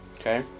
okay